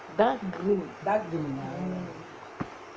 dark green mm